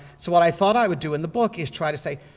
so what i thought i would do in the book is try to say,